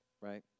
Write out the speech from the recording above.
right